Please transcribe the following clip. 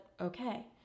okay